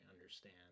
understand